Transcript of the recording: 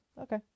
okay